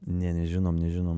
ne nežinom nežinom